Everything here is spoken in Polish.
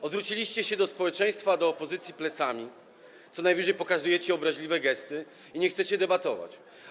Odwróciliście się do społeczeństwa, do opozycji plecami, co najwyższej pokazujecie obraźliwe gesty i nie chcecie debatować.